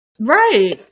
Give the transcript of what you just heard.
right